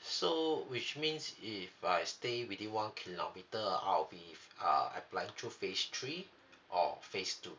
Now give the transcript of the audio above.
so which means if I stay within one kilometre out of it if uh apply to phase three or phase two